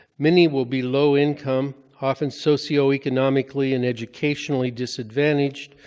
many will be low income, often socioeconomically and educationally disadvantaged.